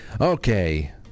Okay